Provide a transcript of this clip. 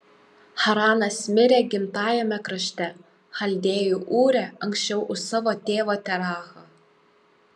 haranas mirė gimtajame krašte chaldėjų ūre anksčiau už savo tėvą terachą